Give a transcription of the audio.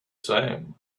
same